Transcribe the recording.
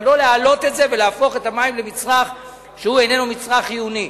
אבל לא להעלות את זה ולהפוך את המים למצרך שאיננו מצרך חיוני.